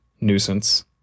nuisance